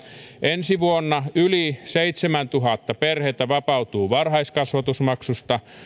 ensi vuonna yli seitsemäntuhatta perhettä vapautuu varhaiskasvatusmaksusta